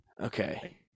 Okay